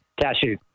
Cashew